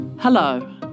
Hello